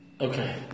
Okay